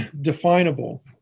definable